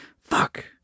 fuck